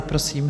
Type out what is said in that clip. Prosím.